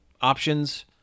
options